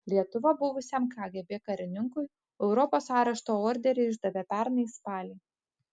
lietuva buvusiam kgb karininkui europos arešto orderį išdavė pernai spalį